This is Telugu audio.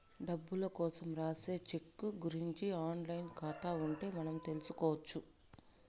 డబ్బులు కోసం రాసే సెక్కు గురుంచి ఆన్ లైన్ ఖాతా ఉంటే మనం తెల్సుకొచ్చు